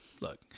look